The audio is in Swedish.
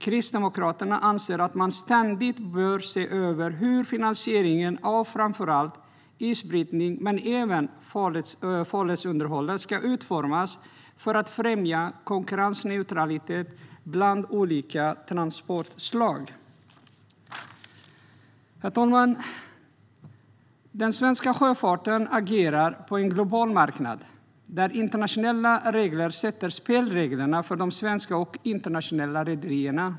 Kristdemokraterna anser att man ständigt bör se över hur finansieringen av framför allt isbrytning men även farledsunderhåll ska utformas för att främja konkurrensneutralitet mellan olika transportslag. Herr talman! Den svenska sjöfarten agerar på en global marknad, där internationella regler sätter spelreglerna för de svenska och internationella rederierna.